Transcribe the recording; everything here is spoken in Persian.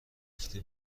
گفته